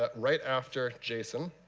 ah right after json.